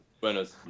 Buenos